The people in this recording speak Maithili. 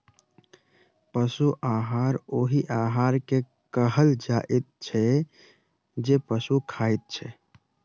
पशु आहार ओहि आहार के कहल जाइत छै जे पशु खाइत छै